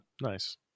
nice